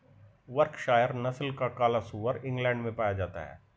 Berkshire नस्ल का काला सुअर इंग्लैण्ड में पाया जाता है